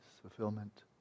fulfillment